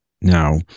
Now